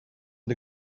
and